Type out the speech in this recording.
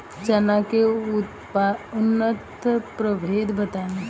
चना के उन्नत प्रभेद बताई?